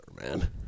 man